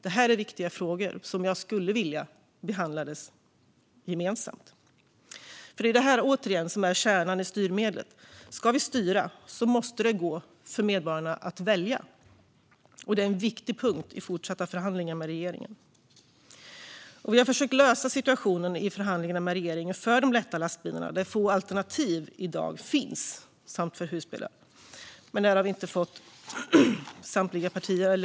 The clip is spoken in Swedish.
Detta är viktiga frågor som jag skulle vilja behandlades gemensamt. Det är, återigen, det här som är kärnan i styrmedlen. Ska vi styra måste medborgarna kunna välja. Det är en viktig punkt i fortsatta förhandlingar med regeringen. Vi har försökt att lösa situationen i förhandlingarna med regeringen för de lätta lastbilarna samt för husbilar, där få alternativ i dag finns. Vi har dock inte fått alla partier med.